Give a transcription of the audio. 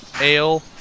ale